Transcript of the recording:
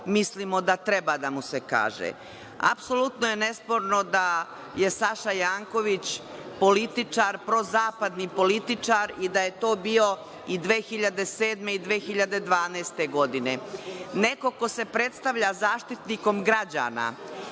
mislimo da treba da mu se kaže. Apsolutno je nesporno da je Saša Janković političar, prozapadni političar, i da je to bio i 2007. i 2012. godine. Neko ko se predstavlja Zaštitnikom građana